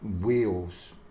wheels